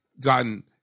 gotten